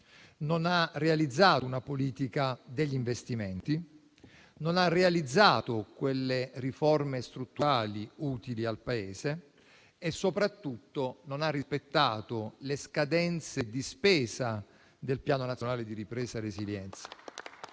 non ha realizzato una politica degli investimenti, non ha realizzato riforme strutturali utili al Paese e, soprattutto, non ha rispettato le scadenze di spesa del Piano nazionale di ripresa resilienza.